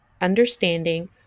understanding